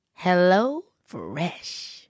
HelloFresh